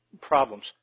problems